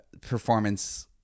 performance